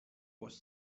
was